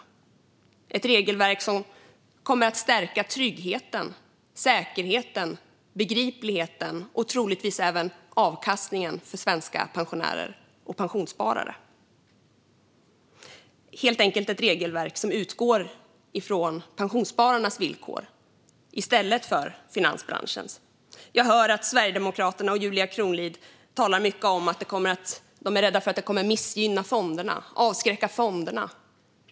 Detta regelverk kommer att stärka tryggheten, säkerheten, begripligheten och troligtvis även avkastningen för svenska pensionärer och pensionssparare. Det är helt enkelt ett regelverk som utgår från pensionsspararnas villkor i stället för finansbranschens. Jag hör att Sverigedemokraterna och Julia Kronlid talar mycket om att de är rädda för att det kommer att missgynna och avskräcka fonderna.